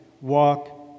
walk